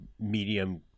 medium